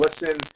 listen